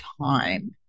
time